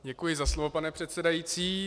Děkuji za slovo, pane předsedající.